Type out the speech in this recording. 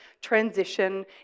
transition